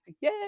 Yay